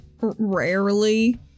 Rarely